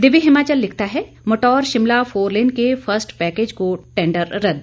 दिव्य हिमाचल लिखता है मटौर शिमला फोरलेन के फर्स्ट पैकेज का टेंडर रद्द